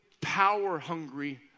power-hungry